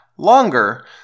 Longer